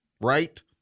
right